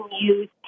use